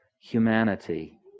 humanity